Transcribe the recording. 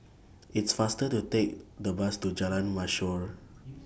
It's faster to Take The Bus to Jalan Mashhor